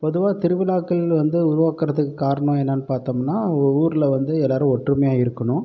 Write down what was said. பொதுவாக திருவிழாக்கள் வந்து உருவாக்கிறதுக்கு காரணம் என்னனு பார்த்தோம்னா ஒரு ஊரில் வந்து எல்லாேரும் ஒற்றுமையாக இருக்கணும்